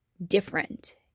Different